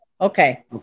Okay